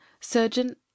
surgeon